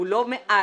הוא לא מעל.